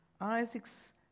Isaac's